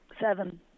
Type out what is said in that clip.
Seven